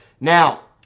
Now